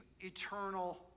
eternal